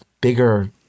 bigger